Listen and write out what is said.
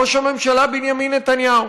ראש הממשלה בנימין נתניהו